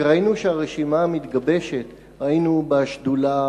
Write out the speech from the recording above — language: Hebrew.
כשראינו את הרשימה המתגבשת, היינו בשדולה